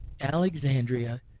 Alexandria